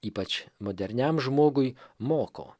ypač moderniam žmogui moko